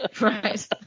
right